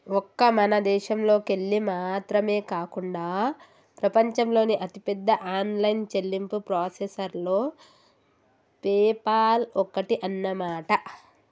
ఒక్క మన దేశంలోకెళ్ళి మాత్రమే కాకుండా ప్రపంచంలోని అతిపెద్ద ఆన్లైన్ చెల్లింపు ప్రాసెసర్లలో పేపాల్ ఒక్కటి అన్నమాట